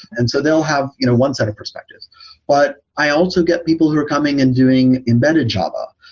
and so they'll have you know one set of perspectives but i also get people who are coming and doing embedded java,